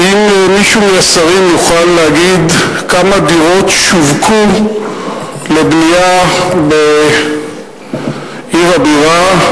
האם מישהו מהשרים יוכל להגיד כמה דירות שווקו לבנייה בעיר הבירה,